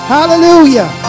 Hallelujah